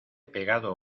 pegado